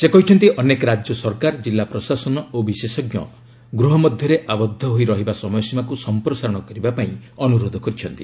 ସେ କହିଛନ୍ତି ଅନେକ ରାଜ୍ୟ ସରକାର କିଲ୍ଲ ପ୍ରଶାସନ ଓ ବିଶେଷଜ୍ଞ ଗୂହ ମଧ୍ୟରେ ଆବଦ୍ଧ ହୋଇ ରହିବା ସମୟସୀମାକୁ ସମ୍ପ୍ରସାରଣ କରିବା ପାଇଁ ଅନୁରୋଧ କରିଛନ୍ତି